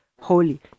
holy